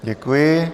Děkuji.